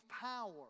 power